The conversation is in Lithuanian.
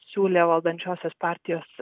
siūlė valdančiosios partijos